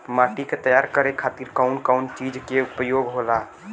माटी के तैयार करे खातिर कउन कउन चीज के प्रयोग कइल जाला?